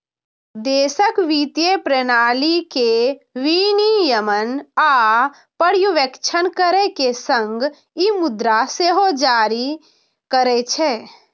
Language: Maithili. देशक वित्तीय प्रणाली के विनियमन आ पर्यवेक्षण करै के संग ई मुद्रा सेहो जारी करै छै